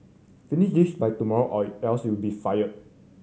finish this by tomorrow or else you be fired